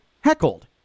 heckled